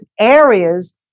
areas